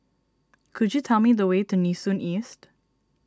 could you tell me the way to Nee Soon East